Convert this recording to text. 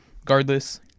regardless